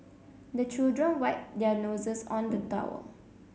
the children wipe their noses on the towel